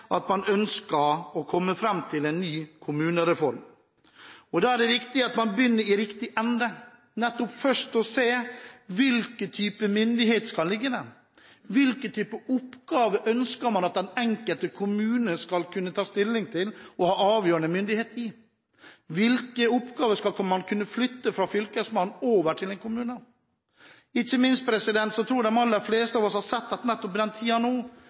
at man ønsker å komme fram til en ny kommunereform. Da er det viktig at man begynner i riktig ende og først ser på hva slags myndighet kommunene skal ha. Hvilke type oppgaver ønsker man at den enkelte kommune skal kunne ta stilling til og ha avgjørende myndighet i? Hvilke oppgaver skal man kunne flytte fra fylkesmannen over til en kommune? Jeg tror de aller fleste av oss har sett at